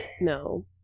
no